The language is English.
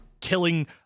killing